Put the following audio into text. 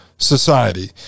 society